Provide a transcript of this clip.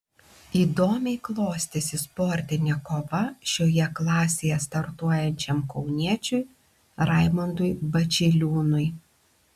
įdomiai klostėsi sportinė kova šioje klasėje startuojančiam kauniečiui raimondui bačiliūnui